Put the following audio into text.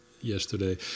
yesterday